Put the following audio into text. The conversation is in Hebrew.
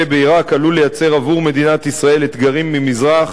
בעירק עלול לייצר עבור מדינת ישראל אתגרים ממזרח